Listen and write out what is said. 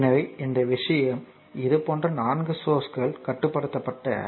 எனவே இந்த விஷயம் இதுபோன்ற 4 சோர்ஸ்கள் காட்டப்பட்டுள்ளன